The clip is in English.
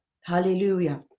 hallelujah